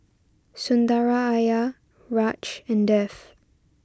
Sundaraiah Raj and Dev